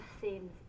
seems